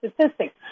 statistics